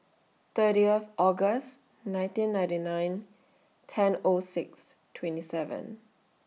thirtieth August nineteen ninety nine ten O six twenty seven